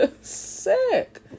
Sick